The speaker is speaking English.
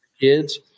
kids